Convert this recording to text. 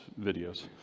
videos